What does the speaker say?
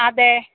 അതെ